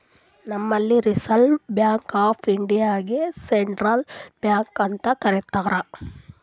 ನಂಬಲ್ಲಿ reserve bank of ಇಂಡಿಯಾಗೆ central bank ಅಂತ್ ಕರಿತಾರ್